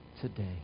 today